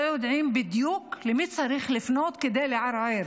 יודעים בדיוק אל מי צריך לפנות כדי לערער.